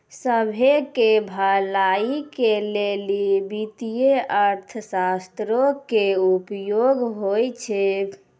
सभ्भे के भलाई के लेली वित्तीय अर्थशास्त्रो के उपयोग होय छै